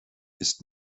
ist